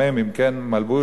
המ"מים: מלבוש,